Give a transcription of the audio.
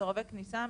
מסורבי כניסה,